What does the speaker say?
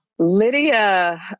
Lydia